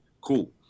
Cool